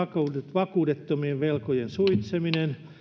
vakuudettomien velkojen suitsiminen